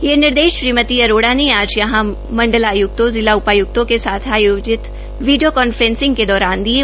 यह निर्देश श्रीमती अरोड़ा ने आज यहां मण्डलाय्क्तों जिला उपाय्क्तों के साथ आयोजित विडियों कॉफ्रेंसिंग के दौरान दिये